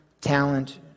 talent